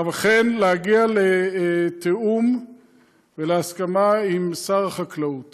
אבל אכן להגיע לתיאום ולהסכמה עם שר החקלאות